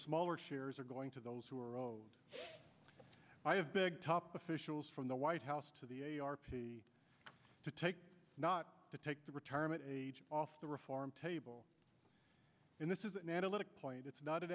smaller shares are going to those who are owed i have big top officials from the white house to the a a r p to take not take the retirement age off the reform table and this is an analytic point it's not a